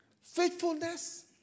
Faithfulness